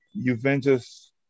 Juventus